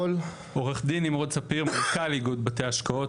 עורך דין נמרוד ספיר, מנכ"ל איגוד בתי ההשקעות.